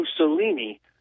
mussolini